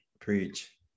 Preach